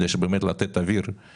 כדי שבאמת יהיה אפשר לתת אוויר לעסקים.